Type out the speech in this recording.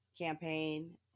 campaign